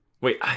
Wait